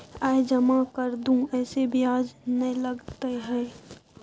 आय जमा कर दू ऐसे ब्याज ने लगतै है?